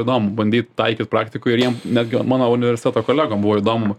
įdomu bandyt taikyt praktikoj ir jiem netgi mano universiteto kolegom buvo įdomu